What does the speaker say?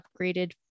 upgraded